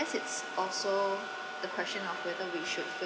it's also the question of whether we should